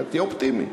תהיה אופטימי.